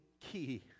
key